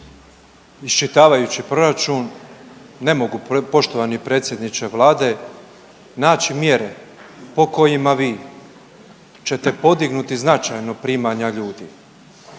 Iščitavajući proračun ne mogu poštovani predsjedniče Vlade naći mjere po kojima vi ćete podignuti značajno primanja ljudi.